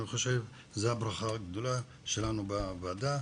אני חושב שזה הברכה הגדולה שלנו בוועדה.